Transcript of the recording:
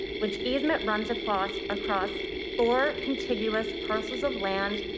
which easement runs across across four contiguous parcels of land,